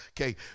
Okay